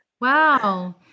Wow